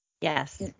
Yes